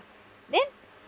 then